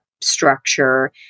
structure